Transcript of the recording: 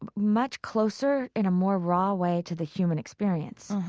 but much closer in a more raw way to the human experience.